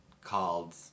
called